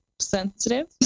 sensitive